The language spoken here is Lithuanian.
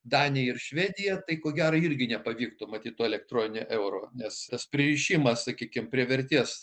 danija ir švedija tai ko gero irgi nepavyktų matyt to elektroninio euro nes tas pririšimas sakykim prie vertės